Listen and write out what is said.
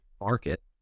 market